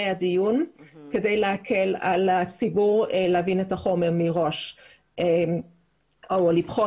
הדיון כדי להקל על הציבור להבין את החומר מראש או לבחון